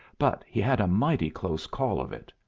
but he had a mighty close call of it.